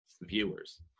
viewers